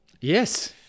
Yes